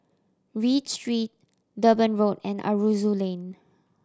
Read Street Durban Road and Aroozoo Lane